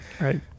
Right